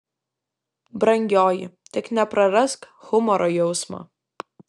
brangioji tik neprarask humoro jausmo